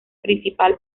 principal